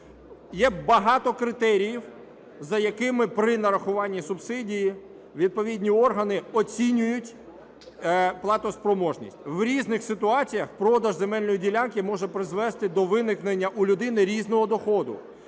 Є багато критеріїв, за якими при нарахуванні субсидії відповідні органи оцінюють платоспроможність. В різних ситуаціях продаж земельної ділянки може призвести до виникнення у людини різного доходу.